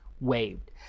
waived